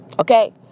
Okay